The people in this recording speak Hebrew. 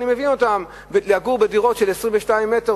ואני מבין אותם: זוגות צעירים גרים בדירות של 22 מטר,